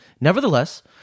Nevertheless